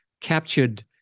captured